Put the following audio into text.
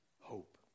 hope